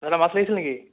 দাদা মাছ লাগিছিল নেকি